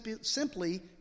simply